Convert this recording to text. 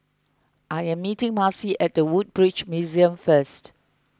I am meeting Marcy at the Woodbridge Museum first